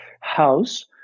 house